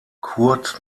kurt